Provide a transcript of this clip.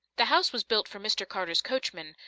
the house was built for mr. carter's coachman,